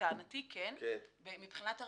לדעתי כן, מבחינת הרציונל.